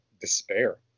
despair